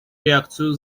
реакцию